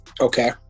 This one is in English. Okay